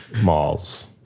Malls